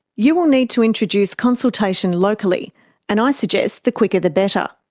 you will need to introduce consultation locally and i suggest the quicker the better.